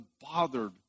bothered